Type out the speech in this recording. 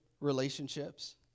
relationships